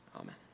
Amen